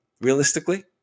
realistically